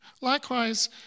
Likewise